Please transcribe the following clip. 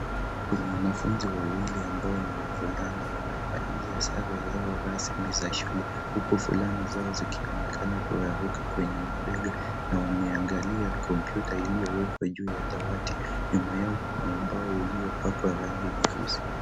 Wanafunzi wawili ambao ni wavulana wamevalia sare zao rasmi za shule, huku fulana zao zikionekana kuraruka kwenye mabega na wameangalia kompyuta iliyowekwa juu ya dawati. Nyuma yao kuna ubao uliopakwa rangi nyeusi.